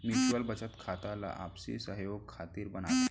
mutual बचत खाता ला आपसी सहयोग खातिर बनाथे